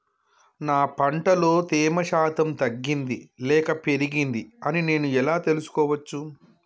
నా పంట లో తేమ శాతం తగ్గింది లేక పెరిగింది అని నేను ఎలా తెలుసుకోవచ్చు?